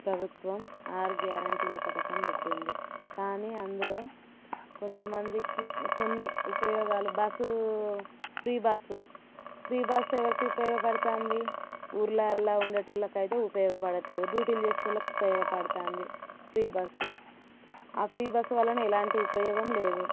ప్రభుత్వం ఆరు గ్యారెంటీల పథకం పెట్టింది కానీ అందులో కొంతమందికి కొన్ని ఉపయోగాలు bus free bus free bus ఎవరికి ఉపయోగపడుతోంది ఊర్లల్లో ఉండేటోళ్ళకైతే ఉపయోగపడట్లేదు డ్యూటీలు చేసేటోళ్ళకు ఉపయోగపడుతోంది ఫ్రీ బస్సు ఆ ఫ్రీ బస్సు వలన ఎలాంటి ఉపయోగం లేదు